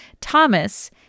Thomas